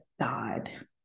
God